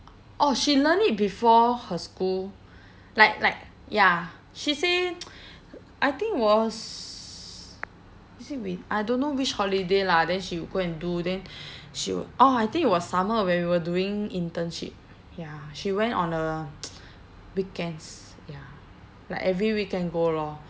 orh she learn it before her school like like ya she say I think was is it win~ I don't know which holiday lah then she go and do then she'll orh I think it was summer when we were doing internship ya she went on uh weekends ya like every weekend go lor